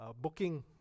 booking